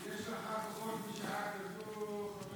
יש לך עוד, בשעה כזאת, חבר